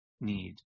need